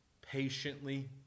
Patiently